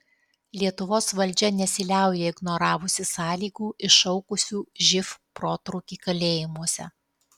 lietuvos valdžia nesiliauja ignoravusi sąlygų iššaukusių živ protrūkį kalėjimuose